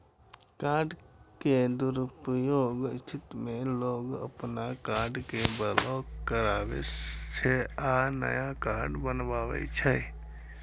card के दुरुपयोगक स्थिति मे लोग अपन कार्ड कें ब्लॉक कराबै छै आ नया कार्ड बनबावै छै